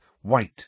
white